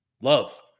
love